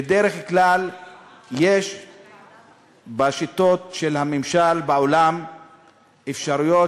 הוא שבדרך כלל יש בשיטות של הממשל בעולם את האפשרויות